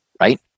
right